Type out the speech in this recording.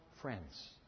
friends